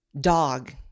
dog